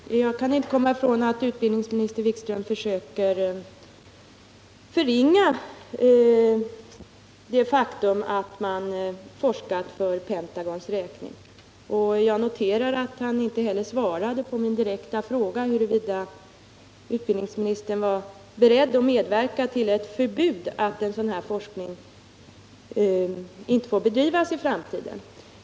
Herr talman! Jag kan inte komma ifrån att utbildningsminister Wikström försöker förringa det faktum att svenskar har forskat för Pentagons räkning. Jag noterar att han inte heller svarade på min direkta fråga huruvida han var beredd att medverka till ett förbud, så att sådan här forskning inte får bedrivas i framtiden.